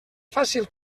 fàcil